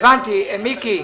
הבנתי, מיקי.